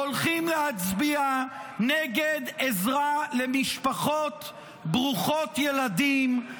הולכים להצביע נגד עזרה למשפחות ברוכות ילדים,